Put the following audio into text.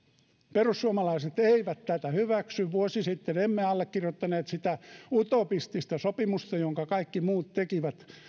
perussuomalaiset eivät tätä hyväksy vuosi sitten emme allekirjoittaneet sitä utopistista sopimusta jonka kaikki muut tekivät